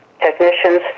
technicians